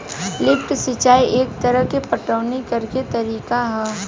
lift सिंचाई एक तरह के पटवनी करेके तरीका ह